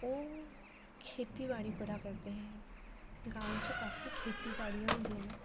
ओह् खेतीबाड़ी बड़ा करदे हे गांव च काफ़ी खेती बाड़ियां होन्दिया न